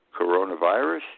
coronavirus